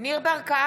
יאיר גולן,